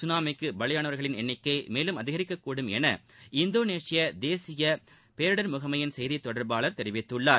சுனாமிக்கு பலியானோர்களின் எண்ணிக்கை மேலும் அதிகரிக்கக்கூடும் என இந்தோனேஷிய தேசிய பேரிடர் முகமை செய்தி தொடர்பாளர் தெரிவித்துள்ளார்